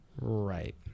Right